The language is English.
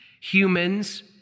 humans